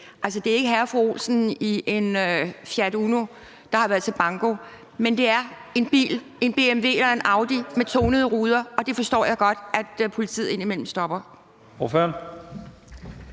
Det er ikke hr. og fru Olsen i en Fiat Uno, der har været til banko, men det er en BMW eller en Audi med tonede ruder, og dem forstår jeg godt at politiet nogle gange stopper.